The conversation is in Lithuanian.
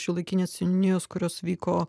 šiuolaikinės seniūnijos kurios vyko